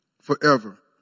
forever